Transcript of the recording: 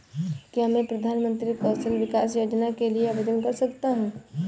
क्या मैं प्रधानमंत्री कौशल विकास योजना के लिए आवेदन कर सकता हूँ?